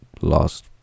lost